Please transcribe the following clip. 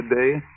today